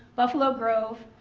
buffalo grove,